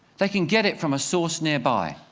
they can get it from a source nearby.